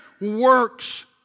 works